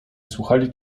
słuchali